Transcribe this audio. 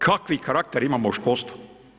Kakvi karakter imamo u školstvu?